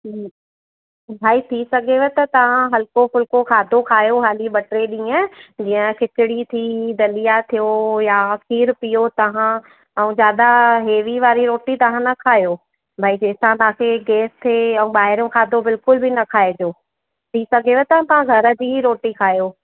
हम्म भाई थी सघेव त तव्हां हलको फुलको खाधो खायो हाली ॿ टे ॾींहं जीअं खिचड़ी थी दलिया थियो या खीरु पीओ तव्हां ऐं ज्यादा हेवी वारी रोटी तव्हां न खायो बई जंहिंसां तव्हां खे गैस थिए या ॿाहिरों खाधो बिल्कुल बि न खाए जो थी सघेव त तव्हां घर जी रोटी खायो